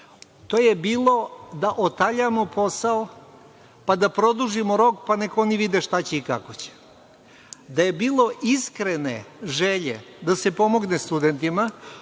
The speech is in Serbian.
To je bilo da otaljamo posao, pa da produžimo rok, pa nek oni vide šta će i kako će. Da je bilo iskrene želje da se pomogne studentima,